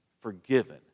forgiven